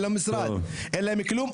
אין להם משרד ואין כלום,